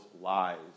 lies